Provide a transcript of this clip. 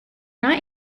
not